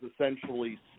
essentially